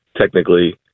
technically